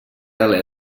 alé